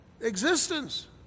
existence